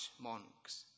monks